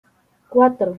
cuatro